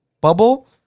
bubble